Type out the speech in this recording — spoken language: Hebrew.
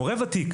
מורה ותיק,